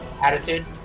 attitude